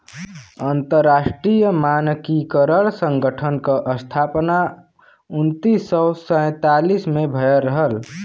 अंतरराष्ट्रीय मानकीकरण संगठन क स्थापना उन्नीस सौ सैंतालीस में भयल रहल